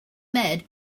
ahmed